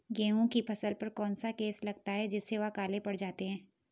गेहूँ की फसल पर कौन सा केस लगता है जिससे वह काले पड़ जाते हैं?